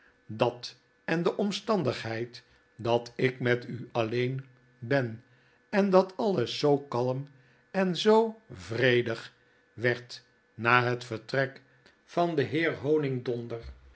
dat en de omstandigheid dat ik met u alleen ben en dat alles zoo kalm en zoo vredig werd na het vertrek van den heer